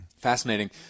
Fascinating